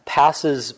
passes